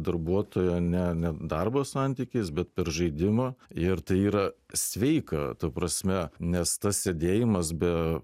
darbuotoją ne ne darbo santykiais bet per žaidimą ir tai yra sveika ta prasme nes tas sėdėjimas be